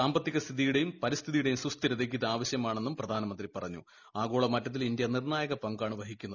സാമ്പത്തിക സ്ഥിതിയുടെയും പരിസ്ഥിതിയുടെയും സുസ്ഥിരതയ്ക്ക് ഇത് ആവശ്യമാണെന്നും ആഗോള മാറ്റത്തിൽ ഇന്ത്യ നിർണായക പങ്കാണ് വഹിക്കുന്നത്